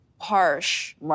harsh